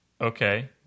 Okay